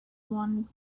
one